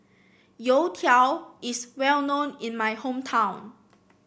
youtiao is well known in my hometown